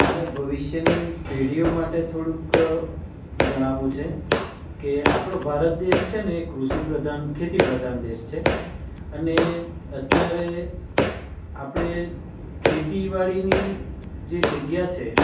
મારે ભવિષ્યની પેઢીઓ માટે થોડુંક જણાવવું છે કે આપણો ભારત દેશ છે ને એ કૃષિપ્રધાન ખેતીપ્રધાન દેશ છે અને અત્યારે આપણે ખેતીવાડીની જે જગ્યા છે